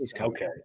Okay